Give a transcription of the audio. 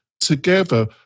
together